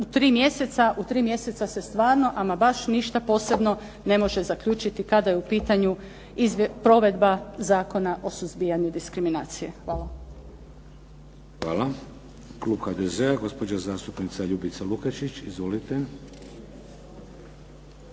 u 3 mjeseca se stvarno ama baš ništa posebno ne može zaključiti kada je u pitanju provedba Zakona o suzbijanju diskriminacije. Hvala. **Šeks, Vladimir (HDZ)** Hvala. Klub HDZ-a, gospođa zastupnica Ljubica Lukačić. Izvolite.